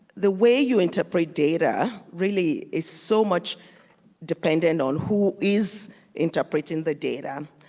the way you interpret data really is so much dependent on who is interpreting the data,